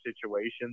situations